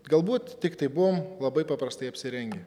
galbūt tiktai buvom labai paprastai apsirengę